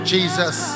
Jesus